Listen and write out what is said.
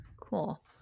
Cool